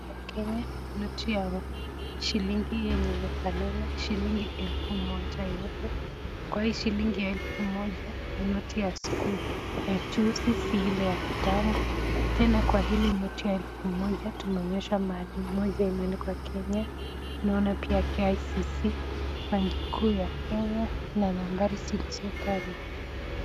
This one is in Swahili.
Noti ya kenya, noti ya shilingi yenye imefanana, shilingi elfu moja yote, kwa hii shilingi ya elfu moja ni noti ya juzi si ile ya kitambo, tena kwa hili noti ya elfu moja tumeonyeshwa mahali moja imeandikwa Kenya, tunaona pia KICC, banki kuu ya Kenya na nambari zilizo kando.